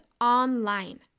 online